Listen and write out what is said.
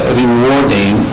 rewarding